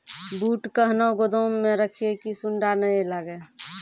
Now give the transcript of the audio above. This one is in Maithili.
बूट कहना गोदाम मे रखिए की सुंडा नए लागे?